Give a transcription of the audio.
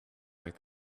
like